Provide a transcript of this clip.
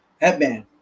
Headband